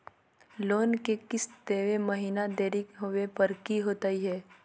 Loan के किस्त देवे महिना देरी होवे पर की होतही हे?